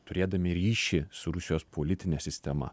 turėdami ryšį su rusijos politine sistema